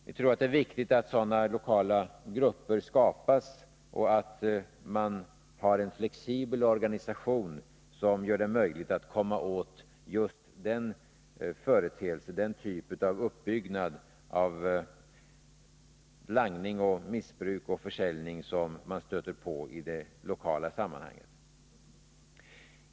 Vi tror att det är viktigt att sådana lokala grupper skapas och att man har en flexibel organisation som gör det möjligt att komma åt just den typ av uppbyggnad av langning, missbruk och försäljning som man stöter på i det lokala sammanhanget.